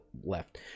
left